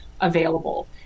available